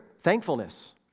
thankfulness